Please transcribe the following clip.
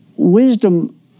Wisdom